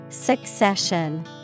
Succession